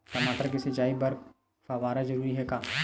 टमाटर के सिंचाई बर फव्वारा जरूरी हे का?